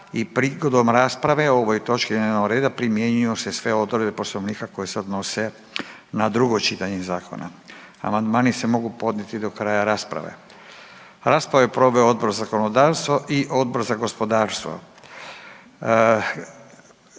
Prigodom rasprave o ovoj točki dnevnog reda primjenjuju se odredbe Poslovnika koje se odnose na drugo čitanje zakona. Amandmani se mogu podnijeti do kraja rasprave. Raspravu je proveo Odbor za zakonodavstvo i Odbor za gospodarstvo.